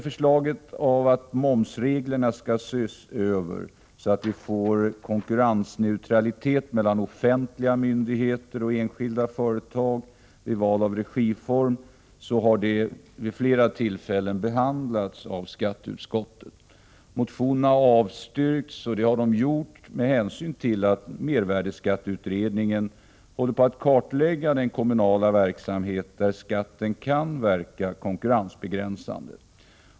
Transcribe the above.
Förslag om att momsreglerna skall ses över, så att vi får konkurrensneutralitet mellan offentliga myndigheter och enskilda företag vid val av regiform, har vid flera tillfällen behandlats av skatteutskottet. Motionen om sådan översyn har avstyrkts med hänsyn till att mervärdeskatteutredningen håller på att kartlägga den kommunala verksamhet där skatten kan verka konkurrensbegränsande.